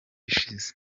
ishize